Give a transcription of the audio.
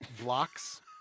Blocks